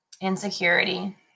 insecurity